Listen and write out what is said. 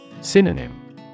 Synonym